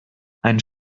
ein